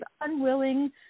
unwilling